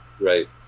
Right